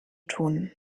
tun